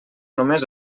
només